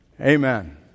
Amen